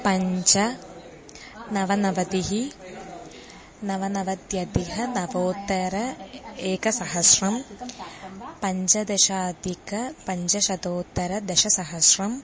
पञ्च नवनवतिः नवनवत्यधिक नवोत्तर एकसहस्रम् पञ्चदशाधिक पञ्चशतोत्तर दशसहस्रम्